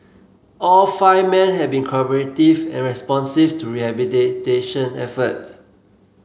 all five men had been cooperative and responsive to rehabilitation efforts